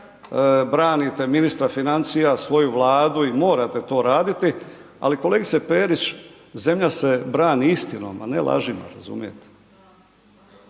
branite ministra financija, svoju Vladu i morate to raditi, ali kolegice Perić zemlja se brani istinom, a ne lažima, razumijete,